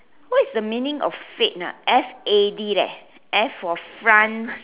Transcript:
what's the meaning of fad ah f a d leh F for France